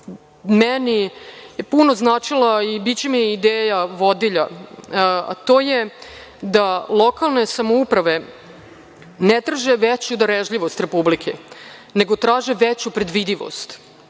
stvarno puno značila i biće mi ideja vodilja, a to je da lokalne samouprave ne traže veću darežljivost Republike, nego traže veću predvidivost